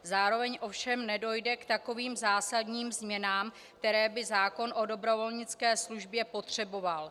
Zároveň ovšem nedojde k takovým zásadním změnám, které by zákon o dobrovolnické službě potřeboval.